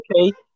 Okay